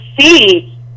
see